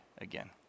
again